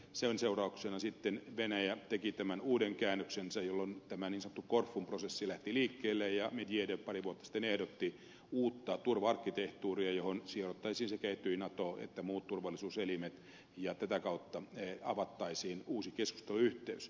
sen seurauksena sitten venäjä teki tämän uuden käännöksensä jolloin tämä niin sanottu korfun prosessi lähti liikkeelle ja medvedev pari vuotta sitten ehdotti uutta turva arkkitehtuuria johon sidottaisiin sekä etyj nato että muut turvallisuuselimet ja tätä kautta avattaisiin uusi keskusteluyhteys